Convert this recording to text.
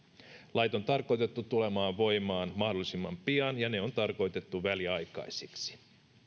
lait on tarkoitettu tulemaan voimaan mahdollisimman pian ja ne on tarkoitettu väliaikaisiksi